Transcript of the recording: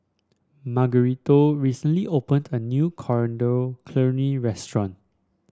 Margarito recently opened a new Coriander Chutney Restaurant